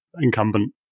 incumbent